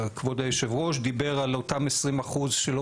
כבוד היושב-ראש דיבר על אותם 20% שלא